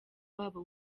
wabo